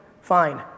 Fine